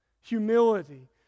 humility